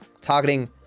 targeting